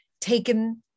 taken